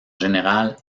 général